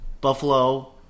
Buffalo